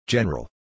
General